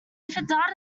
data